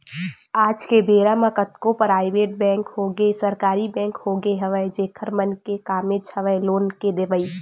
आज के बेरा म कतको पराइवेट बेंक होगे सरकारी बेंक होगे हवय जेखर मन के कामेच हवय लोन के देवई